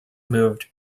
moved